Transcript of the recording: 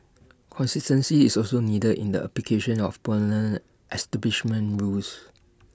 consistency is also needed in the application of establishment rules